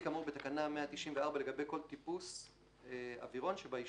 כאמור בתקנה 194 לגבי כל טיפוס אווירון שבאישור.